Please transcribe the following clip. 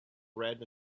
red